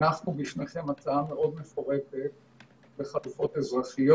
הנחנו בפניכם הצעה מאוד מפורטת לחלופות אזרחיות.